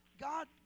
God